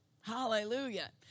Hallelujah